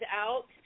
out